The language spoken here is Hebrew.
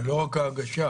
זה לא רק ההגשה.